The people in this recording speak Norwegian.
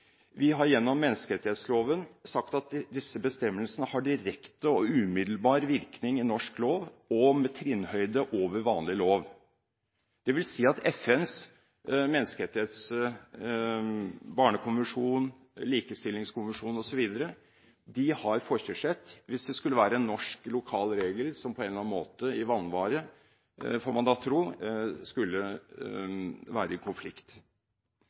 Vi har gjennom menneskerettighetsloven sagt at disse bestemmelsene har direkte og umiddelbar virkning i norsk lov og med trinnhøyde over vanlig lov. Dette vil si at FNs barnekonvensjon, likestillingskonvensjon osv. har forkjørsrett hvis det skulle være en norsk lokal regel som på en eller annen måte i vanvare – får man da tro – skulle være i konflikt